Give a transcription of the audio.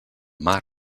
mar